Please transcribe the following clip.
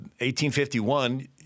1851